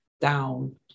down